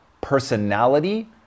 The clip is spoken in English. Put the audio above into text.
personality